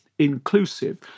inclusive